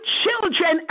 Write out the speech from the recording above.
children